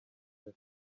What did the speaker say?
have